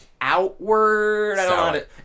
outward